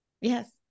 Yes